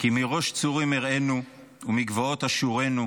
"כי מראש צֻרִים אראנו ומגבעות אשורנו,